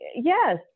yes